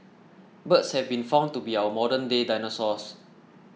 birds have been found to be our modernday dinosaurs